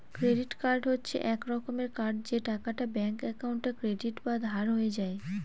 credit card হচ্ছে এক রকমের কার্ড যে টাকাটা ব্যাঙ্ক একাউন্টে ক্রেডিট বা ধার হয়ে যায়